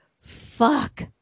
fuck